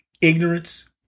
ignorance